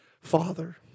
Father